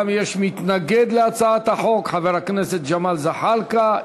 יש גם מתנגד להצעת החוק, חבר הכנסת ג'מאל זחאלקה.